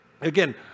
Again